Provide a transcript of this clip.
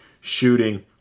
shooting